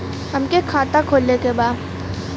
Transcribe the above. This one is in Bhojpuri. हमके खाता खोले के बा?